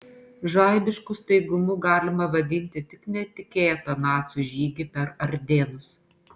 žaibišku staigumu galima vadinti tik netikėtą nacių žygį per ardėnus